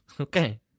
Okay